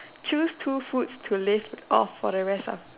choose two foods to live off for the rest ah